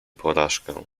porażkę